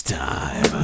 time